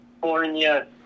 california